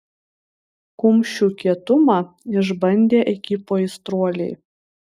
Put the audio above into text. kumščių kietumą išbandė ekipų aistruoliai